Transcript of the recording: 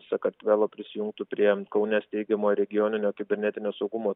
sakartvela prisijungtų prie kaune steigiamo regioninio kibernetinio saugumo